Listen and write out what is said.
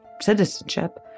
citizenship